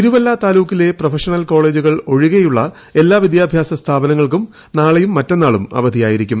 തിരുവല്ല താലൂക്കിലെ പ്രൊഫഷണൽ കോളേജുകൾ ഒഴികെയുള്ള എല്ലാ വിദ്യാഭ്യാസ സ്ഥാപനങ്ങൾക്കും നാളെയും മറ്റന്നാളും അവധിയായിരിക്കും